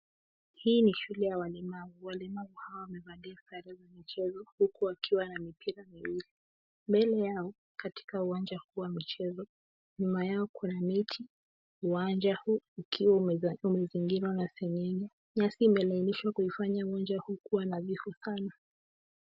Hii ni shule ya walemavu. Walemavu hawa wamevalia sare za michezo huku wakiwa na mipira miwili. Mbele yao katika uwanja huu wa michezo, nyuma yao kuna miti, uwanja huu ukiwa umezingirwa na seng'enge . Nyasi imelainishwa kuifanya uwanja huu kuwa nadhifu sana.